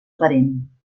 aparent